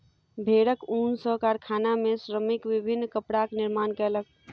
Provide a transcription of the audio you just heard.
भेड़क ऊन सॅ कारखाना में श्रमिक विभिन्न कपड़ाक निर्माण कयलक